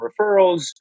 referrals